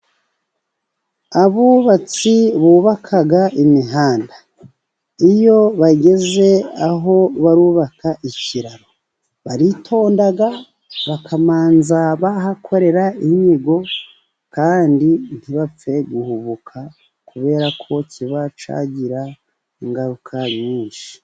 Abubatsi bubaka imihanda. Iyo bageze aho barubaka ikiraro, baritonda bakabanza bahakorera inyigo, kandi ntibapfe guhubuka. Kubera ko kiba cyagira ingaruka nyinshi.